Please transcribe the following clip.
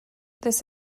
this